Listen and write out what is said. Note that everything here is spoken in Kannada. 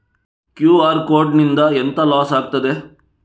ಕ್ಯೂ.ಆರ್ ಕೋಡ್ ನಿಂದ ಎಂತ ಲಾಸ್ ಆಗ್ತದೆ?